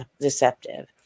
deceptive